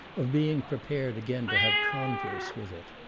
of being prepared again to have converse with it.